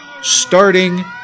Starting